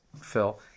Phil